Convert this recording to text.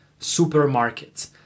supermarkets